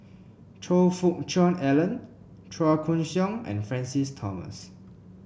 Choe Fook Cheong Alan Chua Koon Siong and Francis Thomas